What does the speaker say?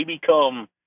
become